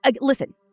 Listen